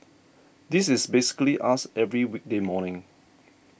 this is basically us every weekday morning